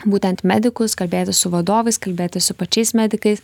būtent medikus kalbėti su vadovais kalbėtis su pačiais medikais